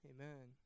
Amen